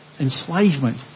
enslavement